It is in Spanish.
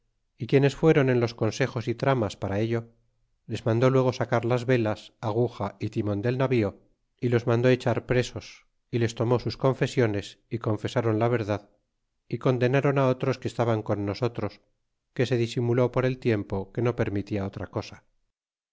y quiénes fueron en los consejos y tramas para ello les mandó luego sacar las velas aguja y timon del navío y los mandó echar presos y les tomó sus confesiones y confesron la verdad y condenron otros que estaban con nosotros que se disimuló por el tiempo que no permitia otra cosa